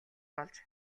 болж